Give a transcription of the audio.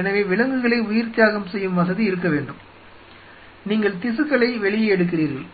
எனவே விலங்குகளை உயிர்த்தியாகம் செய்யும் வசதி இருக்க வேண்டும் நீங்கள் திசுக்களை வெளியே எடுக்கிறீர்கள்